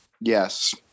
Yes